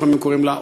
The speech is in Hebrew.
לפעמים קוראים לה,